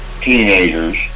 teenagers